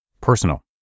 personal